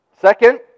Second